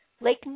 Lake